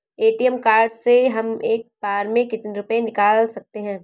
ATM card से हम एक बार में कितने रुपये निकाल सकते हैं?